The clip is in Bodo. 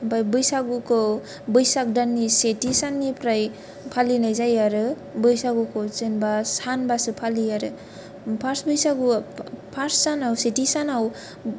आमफ्राय बैसागुखौ बैसाग दाननि सेथि साननिफ्राय फालिनाय जायो आरो बैसागुखौ जेनबा सानबासो फालियो आरो फार्स्ट बैसागु फार्स्ट सानाव सेथि सानाव